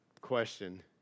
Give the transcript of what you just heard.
question